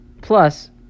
Plus